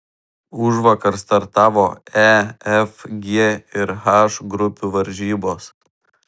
užvakar startavo e f g ir h grupių varžybos